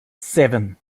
seven